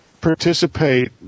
participate